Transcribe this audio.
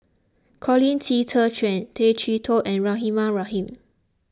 Colin Qi Zhe Quan Tay Chee Toh and Rahimah Rahim